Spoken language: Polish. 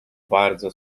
bardzo